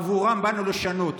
עבורם באנו לשנות.